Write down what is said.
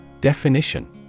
Definition